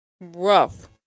rough